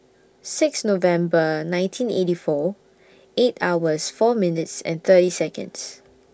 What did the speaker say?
six November nineteen eighty four eight hours four minutes and thirty Seconds